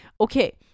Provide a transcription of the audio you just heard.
Okay